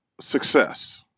Success